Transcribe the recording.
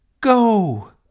Go